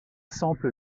sample